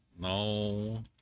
No